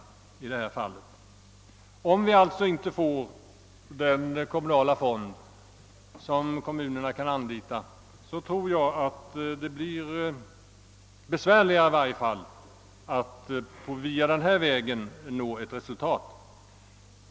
Om vi alltså inte får denna kommunala fond som kan anlitas av kommunerna tror jag att det i varje fall blir besvärligare att på den här vägen nå ett resultat.